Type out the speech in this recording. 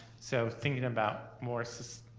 so thinking about more systemic